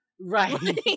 Right